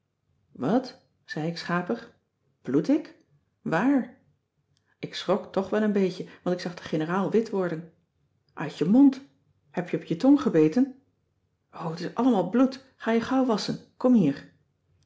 wat zei ik schapig bloed ik waar ik schrok toch wel een beetje want ik zag de generaal wit worden uit je mond heb je op je tong gebeten o t is allemaal bloed ga je gauw wasschen kom hier